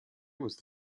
was